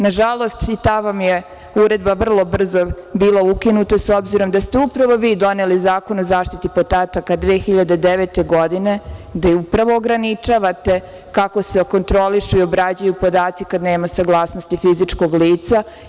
Na žalost, i ta vam je uredba vrlo brzo bila ukinuta, s obzirom da ste upravo vi doneli Zakon o zaštiti podataka 2009. godine, gde upravo ograničavate kako se kontrolišu i obrađuju podaci kada nema saglasnosti fizičkog lica.